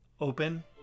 open